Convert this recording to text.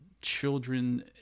children